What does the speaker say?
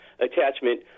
attachment